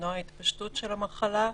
למנוע התפשטות של המחלה.